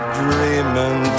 dreaming